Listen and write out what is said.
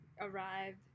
arrived